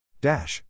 Dash